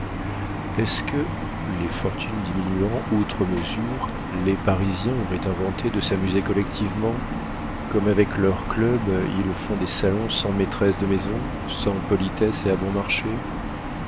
est-ce que les fortunes diminuant outre mesure les parisiens auraient inventé de s'amuser collectivement comme avec leurs clubs ils font des salons sans maîtresses de maison sans politesse et à bon marché